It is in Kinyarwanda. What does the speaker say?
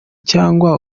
cyangwa